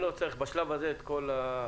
אני לא צריך בשלב הזה את כל זה.